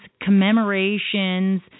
commemorations